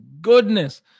goodness